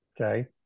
Okay